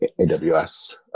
AWS